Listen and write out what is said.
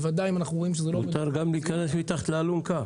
בוודאי אם אנחנו רואים שזה לא --- מותר גם להיכנס מתחת לאלונקה.